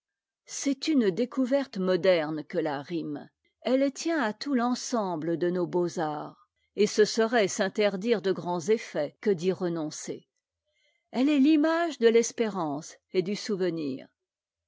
c'est une découverte moderne que la rime elle tient à tout l'ensemble de nos beaux-arts et ce serait s'interdire de grands effets que d'y renoncer elle est l'image de l'espérance et du souvenir